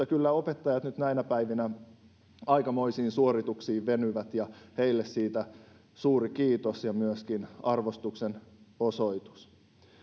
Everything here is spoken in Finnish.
kyllä opettajat nyt näinä päivinä aikamoisiin suorituksiin venyvät ja heille siitä suuri kiitos ja myöskin arvostuksen osoitus